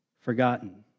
forgotten